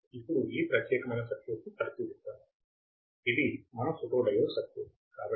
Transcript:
కాబట్టి ఇప్పుడు ఈ ప్రత్యేకమైన సర్క్యూట్ను పరిశీలిద్దాం ఇది మన ఫోటోడయోడ్ సర్క్యూట్